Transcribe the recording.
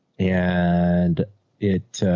and it,